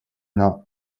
not